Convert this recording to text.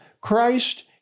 Christ